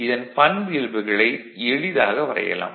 இதன் பண்பியல்புகளை எளிதாக வரையலாம்